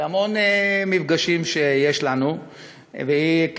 בהמון מפגשים שיש לנו היא,